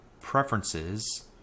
preferences